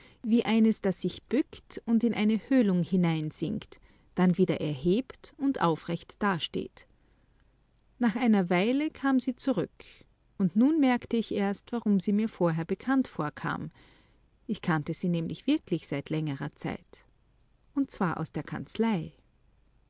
wie eines das sich bückt und in eine höhlung hineinsingt dann wieder erhebt und aufrecht dasteht nach einer weile kam sie zurück und nun merkte ich erst warum sie mir vorher bekannt vorkam ich kannte sie nämlich wirklich seit längerer zeit und zwar aus der kanzlei